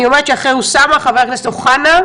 אני אומרת שאחרי אוסאמה חבר הכנסת אוחנה,